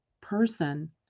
person